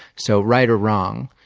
so, right or wrong,